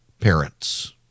parents